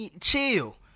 chill